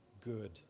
good